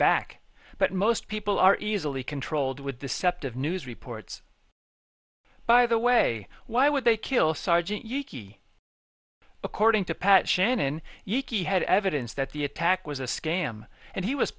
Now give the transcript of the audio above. back but most people are easily controlled with deceptive news reports by the way why would they kill sergeant yuki according to pat shannon he had evidence that the attack was a scam and he was